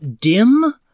dim